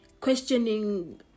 questioning